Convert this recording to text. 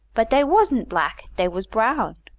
but dey was'nt black, dey was brown.